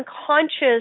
unconscious